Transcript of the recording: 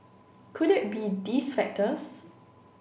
could it be these factors